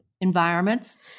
environments